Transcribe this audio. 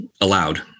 allowed